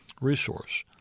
resource